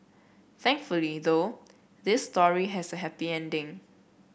thankfully though this story has a happy ending